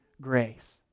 grace